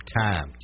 TIME